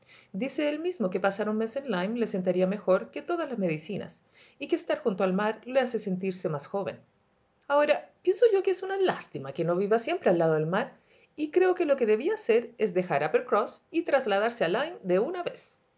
dice él mismo que pasar un mes en lyme le sentaría mejor que todas las medicinas y que estar junto al mar le hace sentirse más joven ahora pienso yo que es una lástima que no viva siempre al lado del mar y creo que lo que debía hacer es dejar uppercross y trasladarse a lyme de una vez